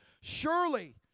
Surely